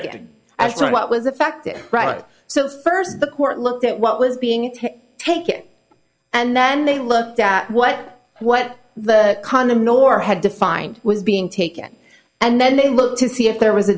to what was affected right so first the court looked at what was being take it and then they looked at what what the condom nor had to find was being taken and then they looked to see if there was a